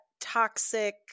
toxic